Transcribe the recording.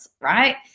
right